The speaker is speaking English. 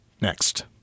next